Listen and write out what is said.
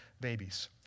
babies